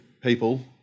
people